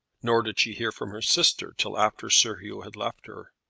nor did she hear from her sister till after sir hugh had left her.